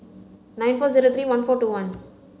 nine four zero three one four two one